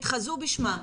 התחזו בשמן,